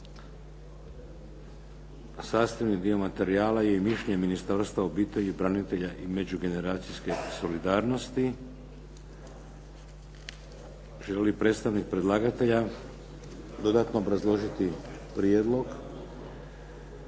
Sastavni dio materijala je mišljenje Ministarstva obitelji, branitelja i međugeneracijske solidarnosti. Želi li predstavnik predlagatelja dodatno obrazložiti prijedlog?